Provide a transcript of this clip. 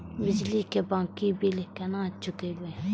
बिजली की बाकी बील केना चूकेबे?